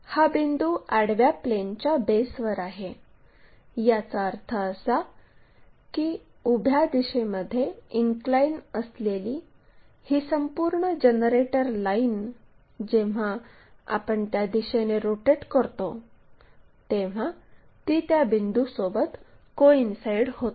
हा बिंदू आडव्या प्लेनच्या बेसवर आहे याचा अर्थ असा की उभ्या दिशेमध्ये इनक्लाइन असलेली ही संपूर्ण जनरेटर लाईन जेव्हा आपण त्या दिशेने रोटेट करतो तेव्हा ती त्या बिंदूसोबत कोइन्साईड होते